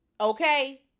okay